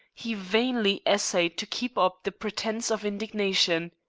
he vainly essayed to keep up the pretence of indignation.